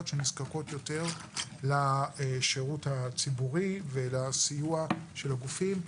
שנזקקות יותר לשירות הציבורי ולסיוע של הגופים.